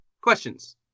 Questions